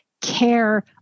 care